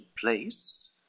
place